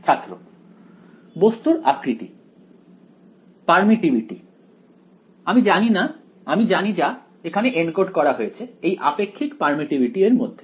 ছাত্র বস্তুর আকৃতি পারমিটটিভিটি আমি জানি যা এখানে এনকোড করা হয়েছে এই আপেক্ষিক পারমিটটিভিটি এর মধ্যে